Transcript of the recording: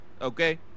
okay